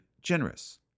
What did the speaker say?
generous